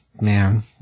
Man